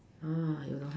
uh you don't have